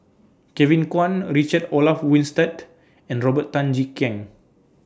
Kevin Kwan Richard Olaf Winstedt and Robert Tan Jee Keng